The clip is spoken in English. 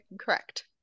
correct